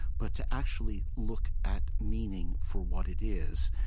but to actually look at meaning for what it is.